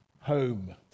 home